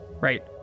right